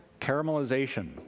Caramelization